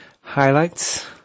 highlights